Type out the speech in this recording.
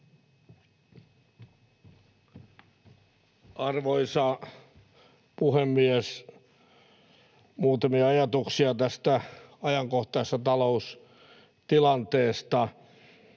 Arvoisa puhemies! Muutamia ajatuksia tästä ajankohtaisesta taloustilanteesta: